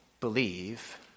believe